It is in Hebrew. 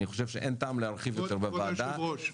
אני חושב שאין טעם להרחיב יותר בוועדה --- כבוד היו"ר,